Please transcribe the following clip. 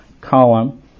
column